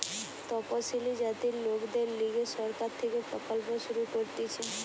তপসিলি জাতির লোকদের লিগে সরকার থেকে প্রকল্প শুরু করতিছে